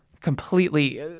completely